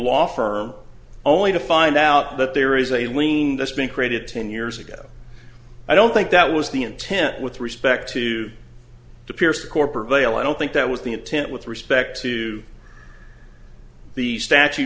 law firm only to find out that there is a lien that's been created ten years ago i don't think that was the intent with respect to to pierce the corporate veil i don't think that was the intent with respect to the statu